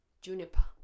Juniper